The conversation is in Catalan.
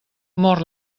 mor